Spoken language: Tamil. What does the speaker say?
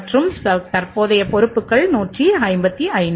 மற்றும் தற்போதைய சொத்துக்கள்155